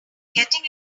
getting